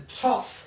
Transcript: top